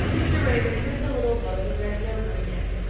mr. raymond took the little book and read it over again.